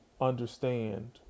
understand